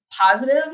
positive